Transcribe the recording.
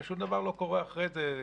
ושום דבר לא קורה אחרי זה,